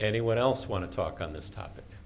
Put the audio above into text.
anyone else want to talk on this topic